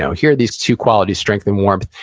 so here are these two qualities, strength and warmth.